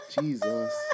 Jesus